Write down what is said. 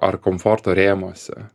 ar komforto rėmuose